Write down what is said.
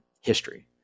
history